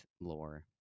Lore